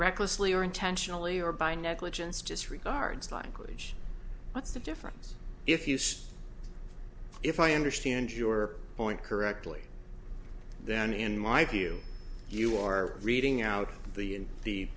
recklessly or intentionally or by negligence disregards language what's the difference if you say if i understand your point correctly then in my view you are reading out of the